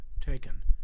taken